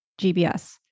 GBS